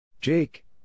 Jake